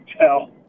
tell